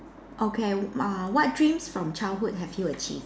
okay uh what dreams from childhood have you achieved